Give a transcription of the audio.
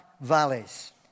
valleys